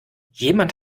jemand